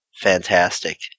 fantastic